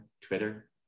Twitter